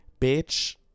bitch